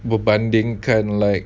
berbandingkan like